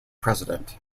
president